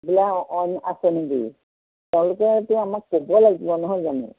বোলে অইন আছে নেকি তেওঁলোকেতো আমাক ক'ব লাগিব নহয় জানো